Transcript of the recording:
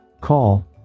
Call